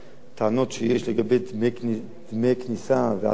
הטענות שיש לגבי דמי כניסה ועלויות,